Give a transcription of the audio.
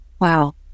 Wow